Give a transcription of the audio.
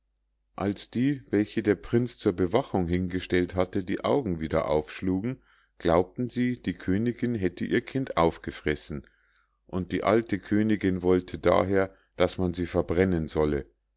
als die welche der prinz zur bewachung hingestellt hatte die augen wieder aufschlugen glaubten sie die königinn hätte ihr kind aufgefressen und die alte königinn wollte daher daß man sie verbrennen solle